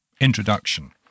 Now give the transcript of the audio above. introduction